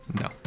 No